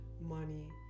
money